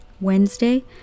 Wednesday